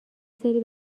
سری